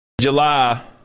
July